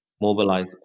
mobilize